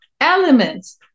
elements